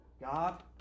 God